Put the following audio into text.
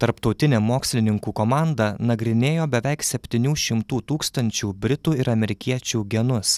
tarptautinė mokslininkų komanda nagrinėjo beveik septynių šimtų tūkstančių britų ir amerikiečių genus